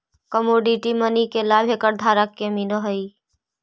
commodity money के लाभ एकर धारक के मिलऽ हई